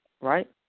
right